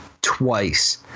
twice